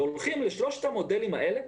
אם הולכים לשלושת המודלים האלה,